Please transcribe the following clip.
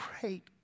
great